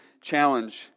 challenge